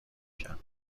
کرد